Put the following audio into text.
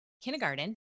kindergarten